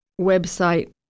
website